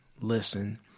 listen